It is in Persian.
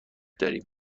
داریم